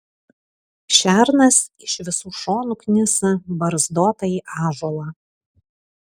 šernas iš visų šonų knisa barzdotąjį ąžuolą